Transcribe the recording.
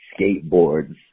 skateboards